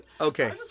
Okay